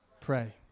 pray